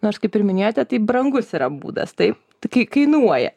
nors kaip ir minėjote tai brangus yra būdas taip tai kai kainuoja